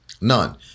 None